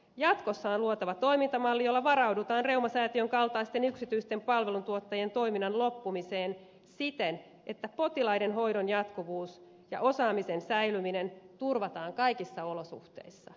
jatkossa on luotava toimintamalli jolla varaudutaan reumasäätiön kaltaisten yksityisten palveluntuottajien toiminnan loppumiseen siten että potilaiden hoidon jatkuvuus ja osaamisen säilyminen turvataan kaikissa olosuhteissa